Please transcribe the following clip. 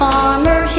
farmer